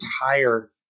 entire